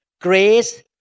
Grace